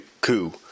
coup